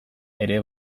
ere